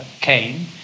came